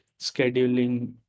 scheduling